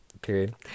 Period